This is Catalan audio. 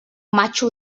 matxo